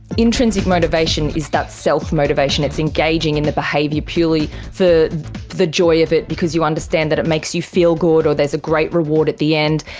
intrinsic motivation is that self-motivation, it's engaging in the behaviour purely for the joy of it because you understand that it makes you feel good or there is a great reward at the end,